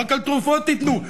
רק על תרופות תיתנו.